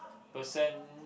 person